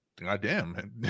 goddamn